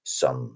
som